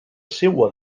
seua